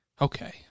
Okay